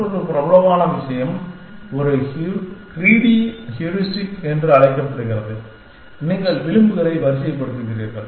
மற்றொரு பிரபலமான விஷயம் ஒரு க்ரீடி ஹியூரிஸ்டிக் என்று அழைக்கப்படுகிறது நீங்கள் விளிம்புகளை வரிசைப் படுத்துகிறீர்கள்